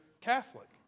Catholic